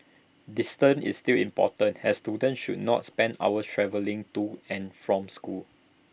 distance is still important as students should not spend hours travelling to and from school